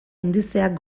indizeak